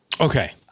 Okay